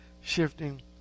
shifting